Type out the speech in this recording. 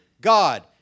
God